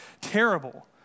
terrible